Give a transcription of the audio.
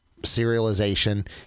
serialization